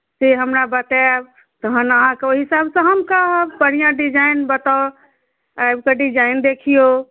से हमरा बताएब तखन अहाँकेँ ओहि हिसाबसँ हम कहब बढ़िआँ डिजाइन बताउ आबि कऽ डिजाइन देखियौ